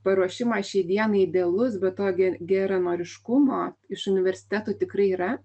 paruošimas šiai dienai idealus be to geranoriškumo iš universiteto tikrai yra